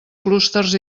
clústers